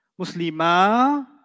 Muslima